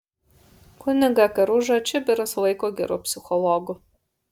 kunigą karužą čibiras laiko geru psichologu